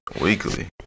Weekly